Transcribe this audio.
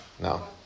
No